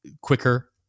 quicker